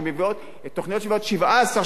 שמביאות תוכניות שמביאות 17%,